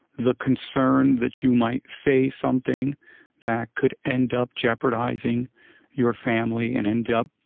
the concern that you might say something that could end up jeopardizing your family and end up